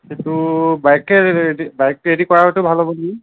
সেইটো বাইকেৰে bike ready কৰাটোৱেই ভাল হ'ব নেকি